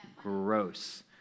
gross